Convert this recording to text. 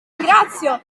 ringrazio